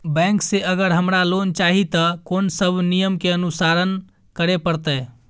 Bank से अगर हमरा लोन चाही ते कोन सब नियम के अनुसरण करे परतै?